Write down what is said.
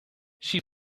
she